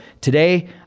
today